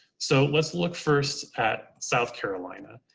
so let's look first at south carolina.